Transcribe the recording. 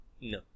No